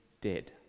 dead